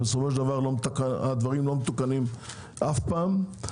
ובסופו של דבר הדברים לא מתוקנים אף פעם,